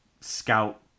scout